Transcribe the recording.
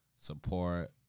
support